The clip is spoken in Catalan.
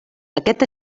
aquest